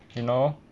you know